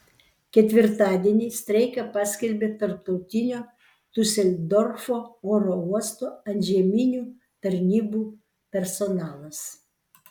ketvirtadienį streiką paskelbė tarptautinio diuseldorfo oro uosto antžeminių tarnybų personalas